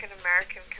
American